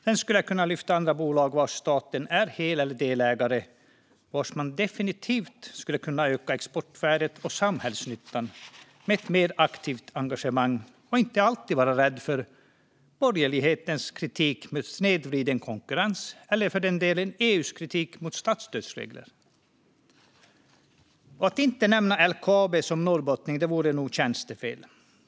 Sedan skulle jag kunna lyfta upp andra bolag där staten är hel eller delägare och definitivt skulle kunna öka exportvärdet och samhällsnyttan med ett mer aktivt engagemang och inte alltid vara rädd för borgerlighetens kritik om snedvriden konkurrens eller för den delen EU:s kritik om statsstödsregler. Att inte nämna LKAB som norrbottning vore nog tjänstefel.